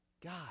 God